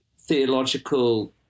theological